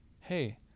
hey